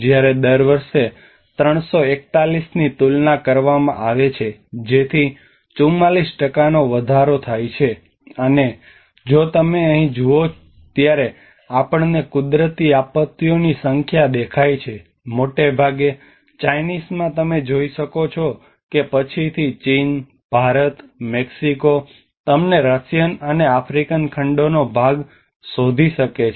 જ્યારે દર વર્ષે 341 ની તુલના કરવામાં આવે છે જેથી 44 નો વધારો થાય અને જો તમે અહીં જુઓ ત્યારે આપણને કુદરતી આપત્તિઓની સંખ્યા દેખાય છે મોટે ભાગે ચાઇનીઝમાં તમે જોઈ શકો છો કે પછીથી ચીન ભારત મેક્સિકો તમને રશિયન અને આફ્રિકન ખંડોનો ભાગ શોધી શકે છે